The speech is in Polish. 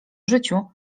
życiu